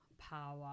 power